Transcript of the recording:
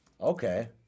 Okay